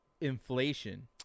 inflation